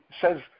says